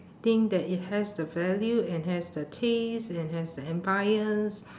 think that it has the value and has the taste and has the ambience